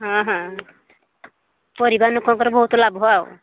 ହଁ ହଁ ପରିବା ଲୋକଙ୍କର ବହୁତ ଲାଭ ଆଉ